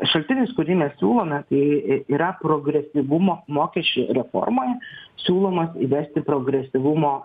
šaltinis kurį mes siūlome tai i yra progresyvumo mokesčiai reformoje siūlomas įvesti progresyvumo